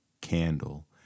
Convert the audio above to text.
candle